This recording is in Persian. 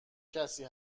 کسی